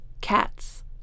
Cats